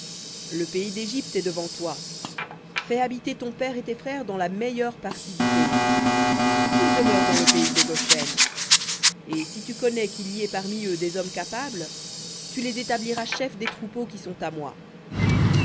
le pays d'égypte est devant toi fais habiter ton père et tes frères dans la meilleure partie du pays qu'ils demeurent dans le pays de goshen et si tu connais qu'il y ait parmi eux des hommes capables tu les établiras chefs des troupeaux qui sont à moi